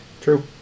True